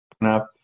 enough